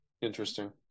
interesting